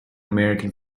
american